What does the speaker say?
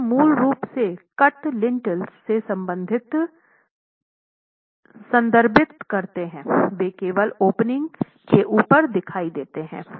तो ये मूल रूप से कट लिंटल्स में संदर्भित करते हैं वे केवल ओपनिंग के ऊपर दिखाई देते हैं